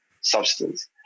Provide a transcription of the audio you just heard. substance